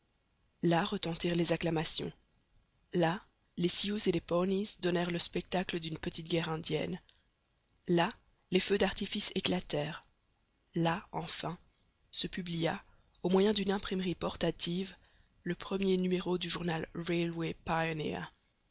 là retentirent les acclamations là les sioux et les pawnies donnèrent le spectacle d'une petite guerre indienne là les feux d'artifice éclatèrent là enfin se publia au moyen d'une imprimerie portative le premier numéro du journal